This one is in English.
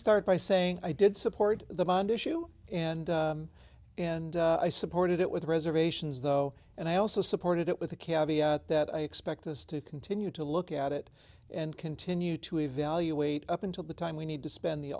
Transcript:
start by saying i did support the bond issue and and i supported it with reservations though and i also supported it with a caveat that i expect us to continue to look at it and continue to evaluate up until the time we need to spend the